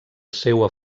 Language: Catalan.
seua